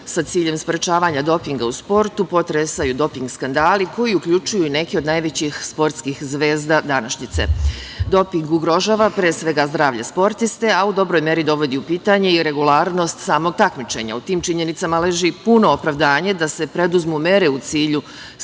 sa ciljem sprečavanja dopinga u sportu, potresaju doping skandali koji uključuju neke od najvećih sportskih zvezda današnjice. Doping ugrožava pre svega zdravlje sportiste, a u dobroj meri dovodi u pitanje i regularnost samog takmičenja. U tim činjenicama leži i puno opravdanje da se preduzmu mere u cilju